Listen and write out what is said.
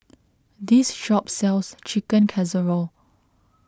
this shop sells Chicken Casserole